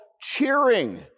cheering